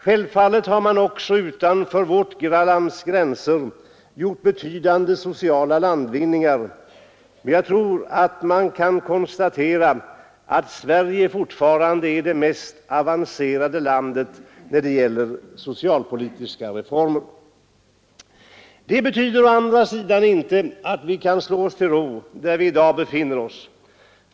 Självfallet har man också utanför vårt lands gränser gjort betydande sociala landvinningar, men jag tror att man kan konstatera att Sverige fortfarande är det mest avancerade landet när det gäller socialpolitiska reformer. Detta betyder emellertid inte att vi kan slå oss till ro där vi i dag befinner oss.